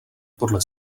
podle